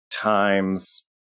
times